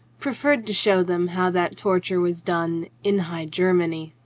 proffered to show them how that torture was done in high germany.